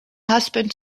husband